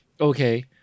okay